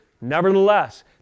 nevertheless